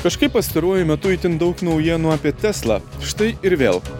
kažkaip pastaruoju metu itin daug naujienų apie teslą štai ir vėl